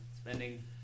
spending